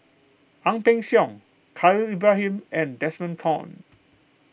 Ang Peng Siong Khalil Ibrahim and Desmond Kon